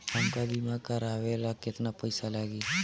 हमका बीमा करावे ला केतना पईसा लागी?